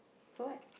for what